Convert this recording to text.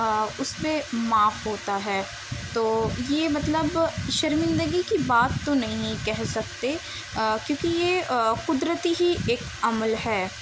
اس پہ معاف ہوتا ہے تو یہ مطلب شرمندگی کی بات تو نہیں کہہ سکتے کیونکہ یہ قدرتی ہی ایک عمل ہے